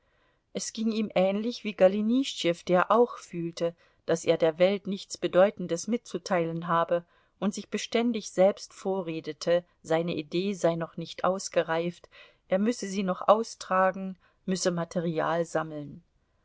es ging ihm ähnlich wie golenischtschew der auch fühlte daß er der welt nichts bedeutendes mitzuteilen habe und sich beständig selbst vorredete seine idee sei noch nicht ausgereift er müsse sie noch austragen müsse material sammeln